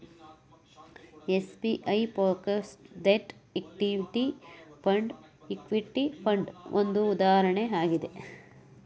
SBI focused equity fund, equity fund ಒಂದು ಉದಾಹರಣೆ ಆಗಿದೆ